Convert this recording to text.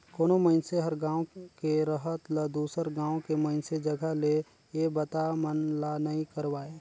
कोनो मइनसे हर गांव के रहत ल दुसर गांव के मइनसे जघा ले ये बता मन ला नइ करवाय